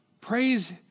Praise